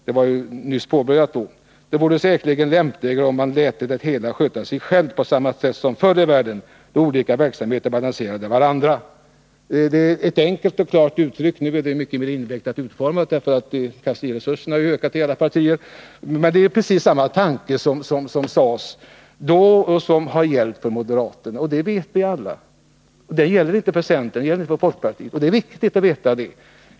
Det vore säkerligen lämpligare, om man läte det hela sköta sig självt på samma sätt som förr i världen, då de olika verksamheterna balanserade varandra.” Det var enkelt och klart uttryckt — nu är det utformat mycket mera invecklat, för kansliresurserna har ju ökat i alla partier. Då framfördes precis samma tanke som även i dag gäller för moderaterna. Den tanken gäller inte för centern, och den gäller inte för folkpartiet. Det är viktigt att notera det.